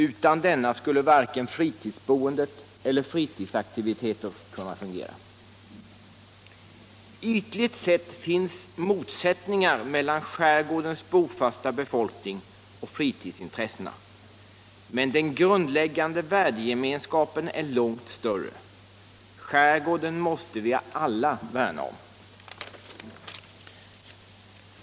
Utan denna skulle varken fritidsboendet eller fritidsaktiviteter kunna fungera. Ytligt sett finns motsättningar mellan skärgårdens bofasta befolkning och fritidsintressena. Men den grundläggande värdegemenskapen är långt större. Skärgården måste vi alla värna om.